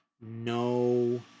no